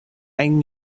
anh